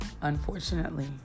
Unfortunately